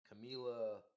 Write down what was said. Camila